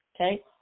Okay